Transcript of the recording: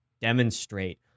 demonstrate